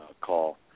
call